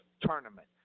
tournament